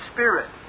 Spirit